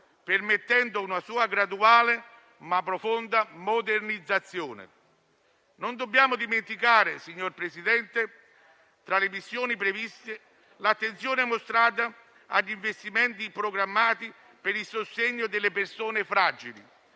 permettendo una sua graduale ma profonda modernizzazione. Signor Presidente, non dobbiamo dimenticare, tra le missioni previste, l'attenzione mostrata a investimenti programmati per il sostegno alle persone fragili